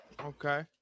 Okay